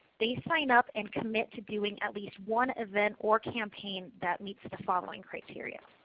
they sign up and commit to doing at least one event or campaign that meets the following criteria.